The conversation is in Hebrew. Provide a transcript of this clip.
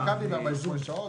גם מכבי תוך 48 שעות.